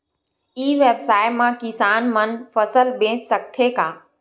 ई व्यवसाय म किसान मन फसल बेच सकथे का?